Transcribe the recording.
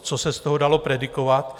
Co se z toho dalo predikovat?